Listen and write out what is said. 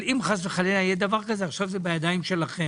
אבל אם חס חלילה יהיה דבר כזה אז עכשיו זה בידיים שלכם.